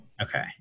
Okay